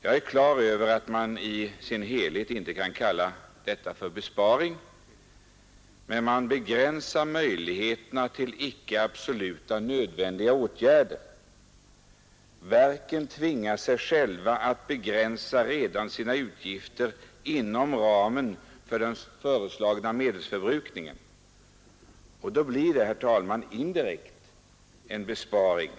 Jag är på det klara med att man som helhet inte kan kalla detta för besparing, men man begränsar möjligheterna till icke absolut nödvändiga åtgärder. Verken tvingar sig själva att begränsa sina utgifter redan inom ramen för den föreslagna medelsförbrukningen, och då blir det, herr talman, indirekt en besparing.